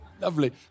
Lovely